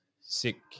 sick